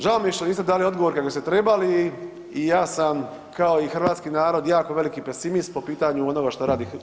Žao mi je što niste dali odgovor kako ste trebali i ja sam kao i hrvatski narod jako veliki pesimist po pitanju onoga što radi